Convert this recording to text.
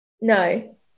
No